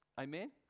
Amen